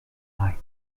light